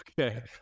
okay